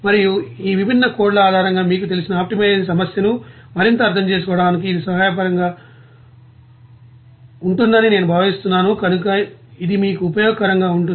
మరియు ఈ విభిన్న కోడ్ల ఆధారంగా మీకు తెలిసిన ఆప్టిమైజేషన్ సమస్యను మరింత అర్థం చేసుకోవడానికి ఇది సహాయకరంగా ఉంటుందని నేను భావిస్తున్నాను కనుక ఇది మీకు ఉపయోగకరంగా ఉంటుంది